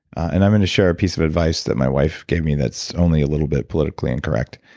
and i'm going to share a piece of advice that my wife gave me that's only a little bit politically incorrect.